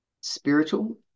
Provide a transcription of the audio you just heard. Spiritual